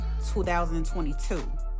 2022